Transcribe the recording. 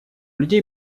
людей